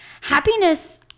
Happiness